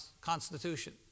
constitution